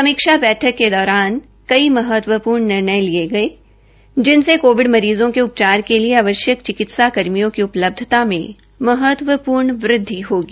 समीक्षा बैठक के दौरान कई महत्वपूर्ण निर्णय लिये गये जिनमें कोविड मरीज़ो के उपचार के लिए आवश्यक चिकित्सा कर्मियों की उपलब्धता में महत्वपूर्ण वृद्धि होगी